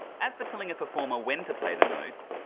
as for telling a performer when to play the notes,